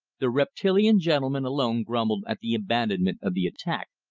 the reptilian gentleman alone grumbled at the abandonment of the attack,